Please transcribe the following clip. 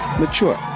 mature